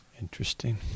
interesting